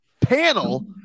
panel